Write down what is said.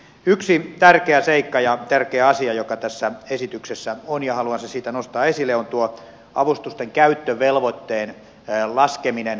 yksi tärkeä seikka ja tärkeä asia joka tässä esityksessä on ja haluan sen siitä nostaa esille on tuo avustuskäyttövelvoitteen laskeminen